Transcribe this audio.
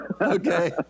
okay